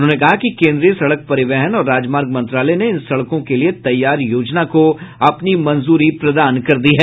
उन्होंने कहा कि केंद्रीय सड़क परिवहन और राजमार्ग मंत्रालय ने इन सड़कों के लिये तैयार योजना को अपनी मंजूरी प्रदान कर दी है